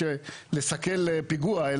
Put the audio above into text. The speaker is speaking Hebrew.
כמו לסכל פיגוע,